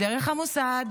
דרך המוסד,